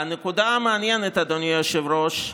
והנקודה המעניינת, אדוני היושב-ראש,